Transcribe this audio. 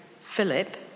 Philip